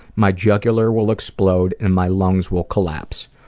my jugular will explode, and my lungs will collapse.